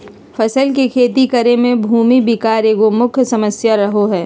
फसल के खेती करे में भूमि विकार एगो मुख्य समस्या रहो हइ